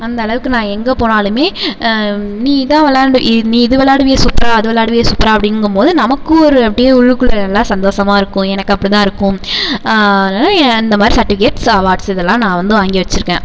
அந்தளவுக்கு நான் எங்கே போனாலுமே நீ இதான் விள்ளாண்டு நீ இது விள்ளாடுவியே சூப்பராக அது விள்ளாடுவியே சூப்பராக அப்படிங்கும்போது நமக்கும் ஒரு அப்படியே உள்ளுக்குள்ளே நல்லா சந்தோசமாக இருக்கும் எனக்கு அப்படிதான் இருக்கும் இந்த மாதிரி சர்ட்டிவிக்கேட்ஸ் அவார்ட்ஸ் இதல்லாம் நான் வந்து வாங்கி வச்சிருக்கேன்